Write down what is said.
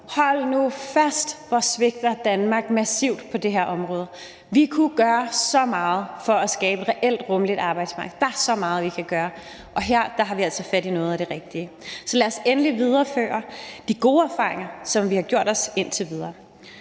Hold nu fast, hvor Danmark svigter massivt på det her område! Vi kunne gøre så meget for at skabe et reelt rummeligt arbejdsmarked. Der er så meget, vi kan gøre, og vi har altså fat i noget af det rigtige. Så lad os endelig videreføre de gode erfaringer, som vi har gjort os indtil videre.